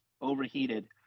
overheated